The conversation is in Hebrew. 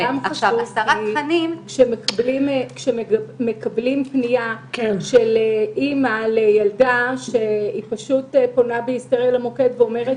כשמקבלים פנייה של אימא לילדה שפונה בהיסטריה למוקד ואומרת